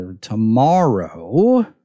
tomorrow